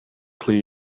clear